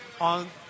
on